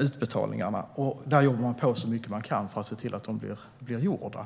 utbetalningar, och där jobbar man på så mycket man kan för att se till att de blir gjorda.